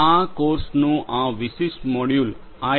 આ કોર્સનું આ વિશિષ્ટ મોડ્યુલ આઈ